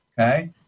okay